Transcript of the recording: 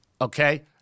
Okay